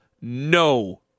no